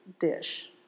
dish